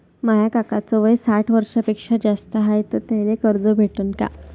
माया काकाच वय साठ वर्षांपेक्षा जास्त हाय तर त्याइले कर्ज भेटन का?